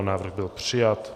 Návrh byl přijat.